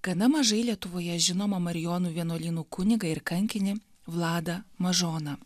gada mažai lietuvoje žinoma marijonų vienuolynų kunigą ir kankinį vladą mažoną